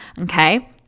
Okay